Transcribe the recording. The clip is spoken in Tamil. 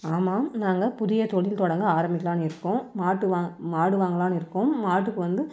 ஆமாம் நாங்கள் புதிய தொழில் தொடங்க ஆரம்பிக்கலான்னு இருக்கோம் மாட்டு வா மாடு வாங்கலாம்னு இருக்கோம் மாட்டுக்கு வந்து